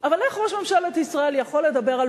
אבל איך ראש ממשלת ישראל יכול לדבר על